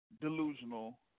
delusional